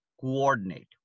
Coordinate